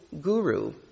guru